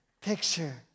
picture